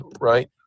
right